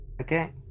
Okay